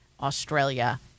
Australia